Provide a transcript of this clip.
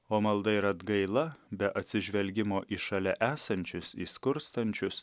o malda ir atgaila be atsižvelgimo į šalia esančius į skurstančius